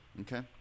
Okay